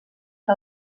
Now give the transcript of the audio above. que